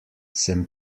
sem